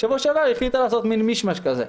בשבוע שעבר היא החליטה לעשות מין מיש-מש שכזה.